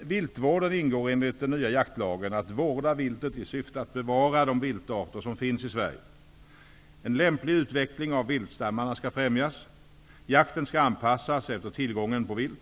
viltvården ingår enligt den nya jaktlagen att vårda viltet i syfte att bevara de viltarter som finns i Sverige. En lämplig utveckling av viltstammarna skall främjas. Jakten skall anpassas efter tillgången på vilt.